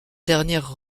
dernière